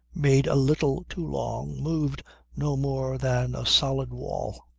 made a little too long moved no more than a solid wall.